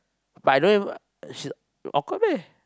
but I don't even uh she's awkward meh